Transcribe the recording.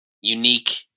unique